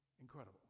Incredible